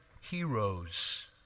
heroes